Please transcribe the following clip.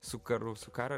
su karu su karo